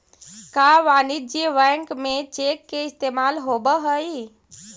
का वाणिज्य बैंक में चेक के इस्तेमाल होब हई?